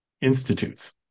institutes